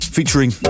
Featuring